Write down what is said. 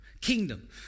kingdom